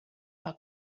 our